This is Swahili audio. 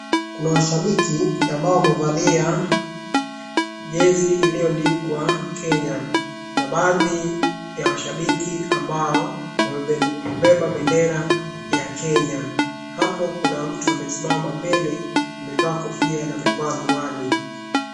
Kuna washabiki ambao wamevalia jezi iliyoandikwa Kenya. Na baadhi ya washabiki ambao wamebeba bendera ya Kenya. Hapo kuna mtu amesimama mbele amevaa kofia na amevaa miwani.